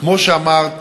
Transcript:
כמו שאמרת,